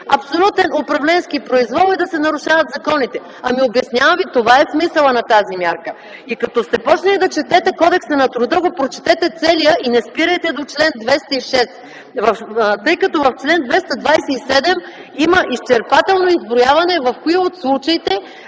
абсолютен управленски произвол и да се нарушават законите. Обяснявам Ви, това е смисълът на тази мярка. И като сте почнали да четете Кодекса на труда го прочетете целия и не спирайте до чл. 206. Тъй като в чл. 227 има изчерпателно изброяване, в кои от случаите